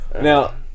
Now